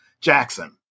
Jackson